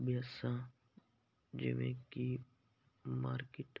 ਅਭਿਆਸਾਂ ਜਿਵੇਂ ਕਿ ਮਾਰਕੀਟ